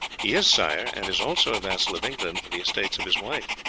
is, sire, and is also a vassal of england for the estates of his wife.